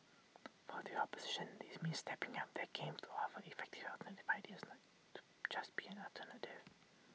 for the opposition this means stepping up their game to offer effective alternative ideas not to just be an alternative